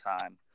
time